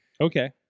Okay